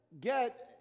get